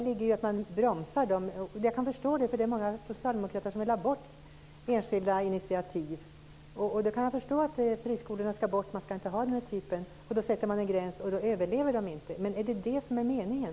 Jag kan förstå detta eftersom det är många socialdemokrater som vill ha bort enskilda initiativ. Då kan jag förstå att friskolorna ska bort. Man ska inte ha den här typen av skolor. Då sätter man en gräns så att de inte överlever. Är det detta som är meningen?